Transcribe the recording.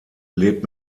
lebt